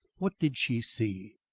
what did she see?